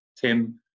Tim